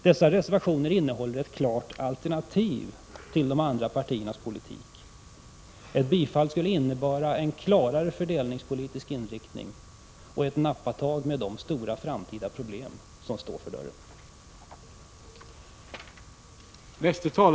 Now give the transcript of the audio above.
Dessa reservationer innehåller ett klart alternativ till de andra partiernas politik. Ett bifall till våra reservationer skulle innebära en klarare fördelningspolitisk inriktning och medföra att vi alla tog ett nappatag med de stora framtidsproblem som står för dörren.